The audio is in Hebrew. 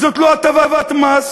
זו לא הטבת מס,